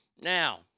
Now